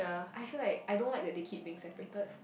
I feel like I don't like that they keep being separated